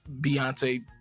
beyonce